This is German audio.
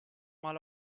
mal